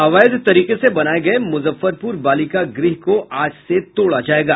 अवैध तरीके से बनाये गये मुजफ्फरपुर बालिका गृह को आज से तोड़ा जायेगा